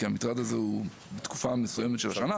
כי המטרד הזה הוא רק בתקופה מסוימת של השנה.